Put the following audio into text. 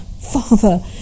Father